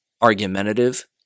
argumentative